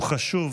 הוא חשוב